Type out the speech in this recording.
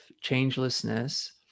changelessness